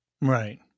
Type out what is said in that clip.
Right